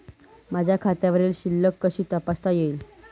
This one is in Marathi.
माझ्या खात्यावरील शिल्लक कशी तपासता येईल?